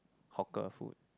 hawker food